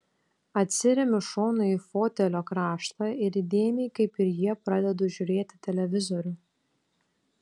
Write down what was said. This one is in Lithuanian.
atsiremiu šonu į fotelio kraštą ir įdėmiai kaip ir jie pradedu žiūrėti televizorių